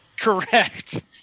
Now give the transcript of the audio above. Correct